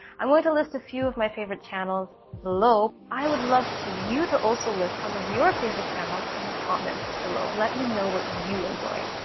i'm going to list a few of my favorite channels below. i would love for you to also list some of your favorite channels in the comments below. let me know what you enjoy!